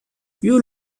you